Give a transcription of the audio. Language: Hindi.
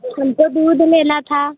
हमको दूध लेना था